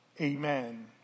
amen